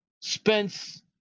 Spence